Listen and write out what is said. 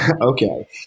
Okay